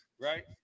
right